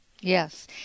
Yes